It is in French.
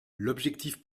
l’objectif